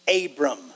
Abram